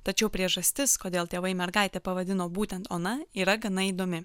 tačiau priežastis kodėl tėvai mergaitę pavadino būtent ona yra gana įdomi